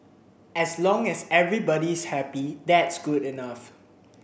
as long as everybody is happy that's good enough